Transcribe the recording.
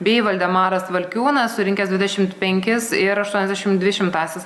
bei valdemaras valkiūnas surinkęs dvidešimt penkis ir aštuoniasdešimt dvi šimtąsias šimtąsias